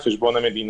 על חשבון המדינה.